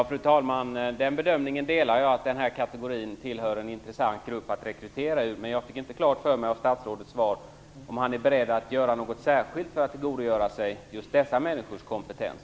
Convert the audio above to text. Fru talman! Jag delar bedömningen att den här kategorin utgör en intressant grupp att rekrytera ur. Men jag fick inte klart för mig av statsrådets svar om han är beredd att göra något särskilt för att tillgodogöra sig just dessa människors kompetens.